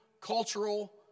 Cultural